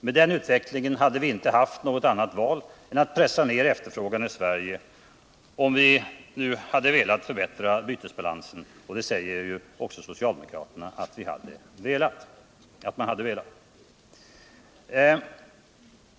Med den utvecklingen hade vi inte haft något annat val än att pressa ned efterfrågan i Sverige, om vi velat förbättra bytesbalansen, och det säger socialdemokraterna att man hade velat.